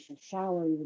shower